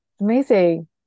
amazing